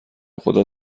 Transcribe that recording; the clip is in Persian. خدا